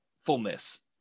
fullness